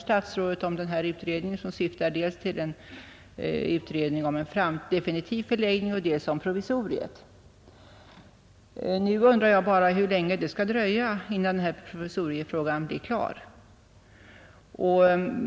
Statsrådet nämner att en utredning skall göras dels om den definitiva förläggningen, dels om provisoriet. Nu undrar jag bara hur länge det skall dröja innan provisoriefrågan blir klar.